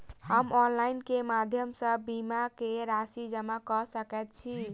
हम ऑनलाइन केँ माध्यम सँ बीमा केँ राशि जमा कऽ सकैत छी?